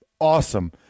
awesome